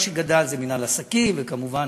מה שגדל זה מינהל עסקים, וכמובן